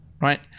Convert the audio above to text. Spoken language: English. right